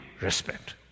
respect